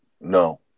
No